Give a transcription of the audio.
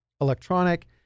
electronic